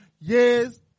yes